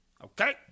Okay